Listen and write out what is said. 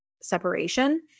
separation